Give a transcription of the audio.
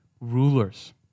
rulers